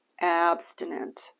abstinent